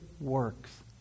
works